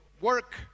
work